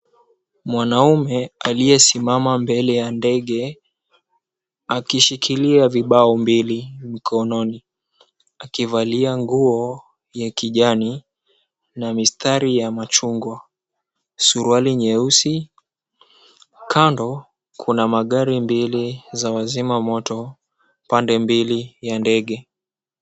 Mwanaume aliyesimama mbele ya ndege akishikilia vibao mbili mkononi, akivalia nguo ya kijani na mistari ya machungwa, suruali nyeusi. Kando kuna magari mbili za wazima moto pande mbili ya ndege.